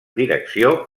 direcció